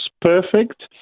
perfect